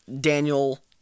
Daniel